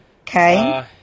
Okay